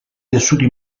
tessuti